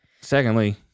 Secondly